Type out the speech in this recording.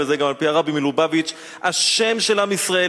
וזה גם על-פי הרבי מלובביץ' השם של עם ישראל,